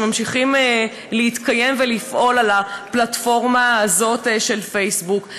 ואשר ממשיכים להתקיים ולפעול על הפלטפורמה הזאת של פייסבוק.